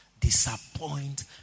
disappoint